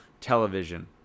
television